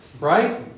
right